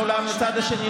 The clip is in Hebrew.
מה אנחנו צריכים את זה?